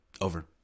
over